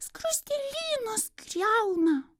skruzdėlynus griauna